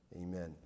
amen